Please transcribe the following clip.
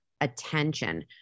attention